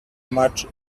much